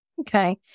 Okay